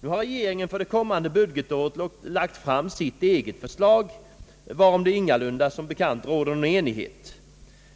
Nu har regeringen för det kommande budgetåret lagt fram sitt eget förslag, varom det som bekant ingalunda råder enighet.